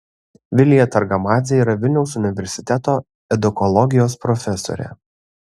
vilija targamadzė yra vilniaus universiteto edukologijos profesorė